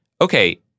okay